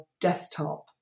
desktop